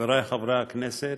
חברי חברי הכנסת,